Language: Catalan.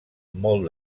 molt